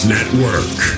Network